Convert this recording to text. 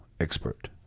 Expert